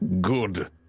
Good